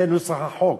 זה נוסח החוק.